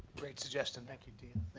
great suggestion. thank you,